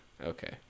Okay